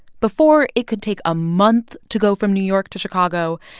before, it could take a month to go from new york to chicago.